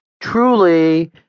truly